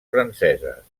franceses